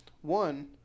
one